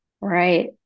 Right